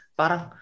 parang